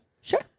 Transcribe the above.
Sure